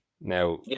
Now